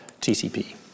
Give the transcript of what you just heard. TCP